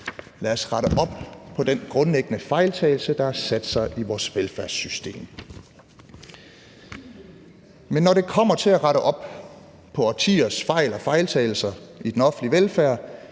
Lad os rette op på den grundlæggende fejltagelse, der har sat sig i vores velfærdssystem. Men når det kommer til at rette op på årtiers fejl og fejltagelser i den offentlige velfærd,